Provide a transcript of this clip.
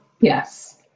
Yes